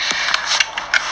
your phone is iphone what